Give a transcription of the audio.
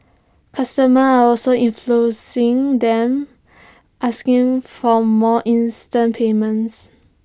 customers are also influencing them asking for more instant payments